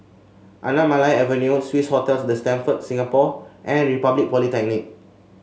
Anamalai Avenue Swissotel The Stamford Singapore and Republic Polytechnic